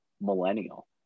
millennial